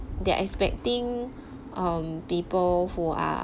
they're expecting um people who are